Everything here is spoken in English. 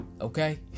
okay